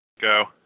Go